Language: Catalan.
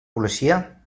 policia